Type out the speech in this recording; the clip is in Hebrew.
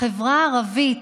החברה הערבית,